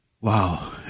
wow